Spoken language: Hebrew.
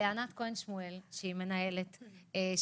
לענת כהן שמואל מנהלת הוועדה,